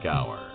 Hour